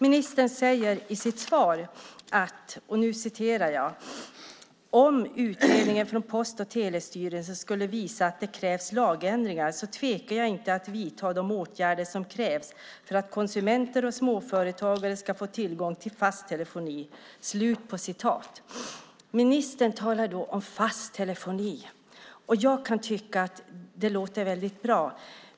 Ministern säger i sitt svar: "Om utredningen från Post och telestyrelsen skulle visa att det krävs lagändringar så tvekar jag inte att vidta de åtgärder som krävs för att konsumenter och småföretagare ska få tillgång till fast telefoni." Ministern talar om fast telefoni. Jag kan tycka att det låter bra.